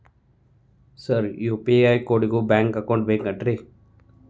Sir UPI ಕೋಡಿಗೂ bank account ಬೇಕೆನ್ರಿ?